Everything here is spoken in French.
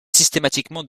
systématiquement